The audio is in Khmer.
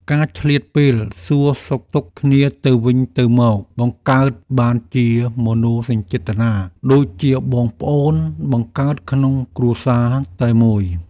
ការឆ្លៀតពេលសួរសុខទុក្ខគ្នាទៅវិញទៅមកបង្កើតបានជាមនោសញ្ចេតនាដូចជាបងប្អូនបង្កើតក្នុងគ្រួសារតែមួយ។